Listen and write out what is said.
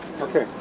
Okay